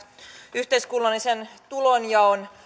yhteiskunnallisen tulonjaon